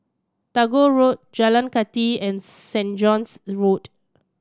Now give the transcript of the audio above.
Tagore Road Jalan Kathi and St John's Road